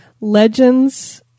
legends